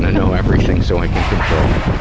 know everything so i can control it.